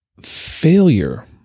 failure